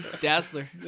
Dazzler